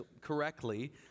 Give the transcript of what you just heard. correctly